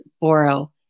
borrow